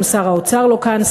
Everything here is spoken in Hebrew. גם שר האוצר לא כאן.